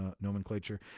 nomenclature